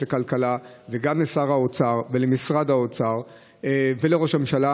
לכלכלה וגם לשר האוצר ולמשרד האוצר ולראש הממשלה